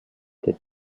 the